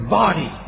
body